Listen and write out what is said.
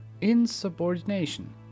Insubordination